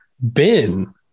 Ben